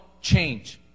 change